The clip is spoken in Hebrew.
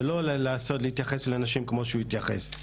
ולא להתייחס לנשים כמו שהוא התייחס.